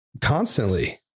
constantly